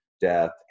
death